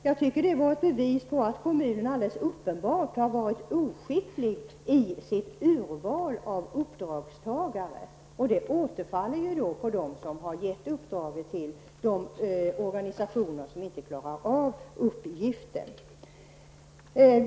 Jag tycker att det var ett bevis på att kommun alldeles uppenbart har varit oskicklig i sitt urval av uppdragstagare -- att man har gett uppdraget till organisationer som inte klarar av uppgiften.